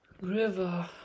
river